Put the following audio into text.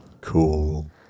Cool